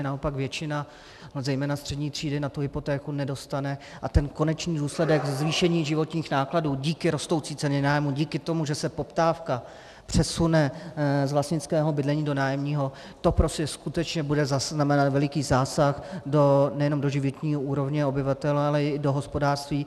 Naopak většina zejména střední třídy na tu hypotéku nedosáhne a konečný důsledek zvýšení životních nákladů díky rostoucí ceně nájmů, díky tomu, že se poptávka přesune z vlastnického bydlení do nájemního, prostě skutečně bude znamenat veliký zásah nejenom do životní úrovně obyvatel, ale i do hospodářství.